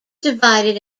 divided